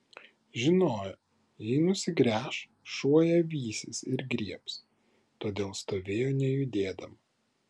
žinojo jei nusigręš šuo ją vysis ir griebs todėl stovėjo nejudėdama